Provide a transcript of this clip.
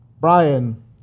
Brian